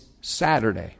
Saturday